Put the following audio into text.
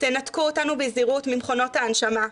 תנתקו אותנו בזהירות ממכונות ההנשמה,